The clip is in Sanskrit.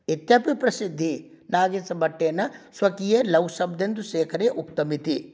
इत्यपि प्रसिद्धिः नागेशभट्टेन स्वकीये लघुशब्देन्दुशेखरे उक्तमिति